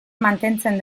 mantentzen